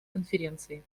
конференции